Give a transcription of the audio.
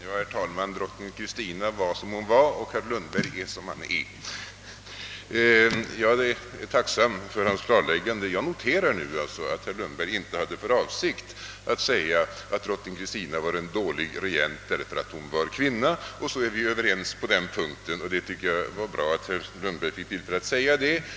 Herr talman! Drottning Kristina var som hon var, och herr Lundberg är som han är. Jag är tacksam för hans klarläggande, och jag noterar att herr Lundberg inte hade för avsikt att säga att drottning Kristina var en dålig regent därför att hon var kvinna. Då är vi överens på den punkten, och jag tycker det var bra att herr Lundberg fick tillfälle att klargöra det.